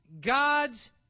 God's